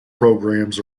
programs